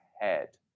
head